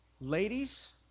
Ladies